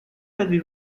l’avez